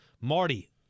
Marty